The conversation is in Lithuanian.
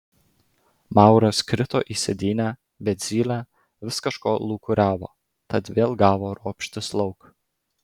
mauras krito į sėdynę bet zylė vis kažko lūkuriavo tad vėl gavo ropštis lauk